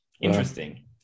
interesting